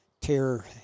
tear